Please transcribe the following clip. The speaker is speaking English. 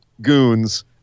goons